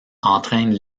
entraîne